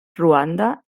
ruanda